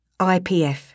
IPF